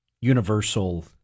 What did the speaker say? universal